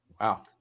Wow